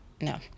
No